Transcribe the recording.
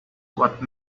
what